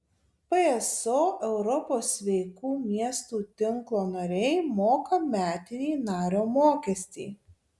pso europos sveikų miestų tinklo nariai moka metinį nario mokestį